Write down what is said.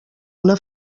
una